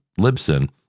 Libsyn